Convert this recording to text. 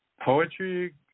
poetry